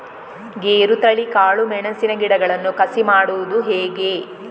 ಗೇರುತಳಿ, ಕಾಳು ಮೆಣಸಿನ ಗಿಡಗಳನ್ನು ಕಸಿ ಮಾಡುವುದು ಹೇಗೆ?